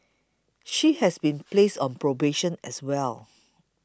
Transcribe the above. she has been placed on probation as well